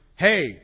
Hey